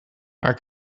our